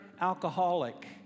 alcoholic